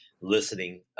listening